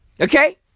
Okay